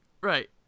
right